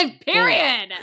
period